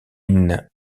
une